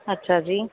ਅੱਛਾ ਜੀ